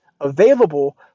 available